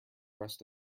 rest